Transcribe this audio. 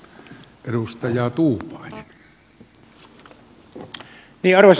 arvoisa puhemies